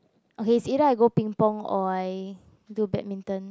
okay it's either I go ping-pong or I do badminton